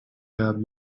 bad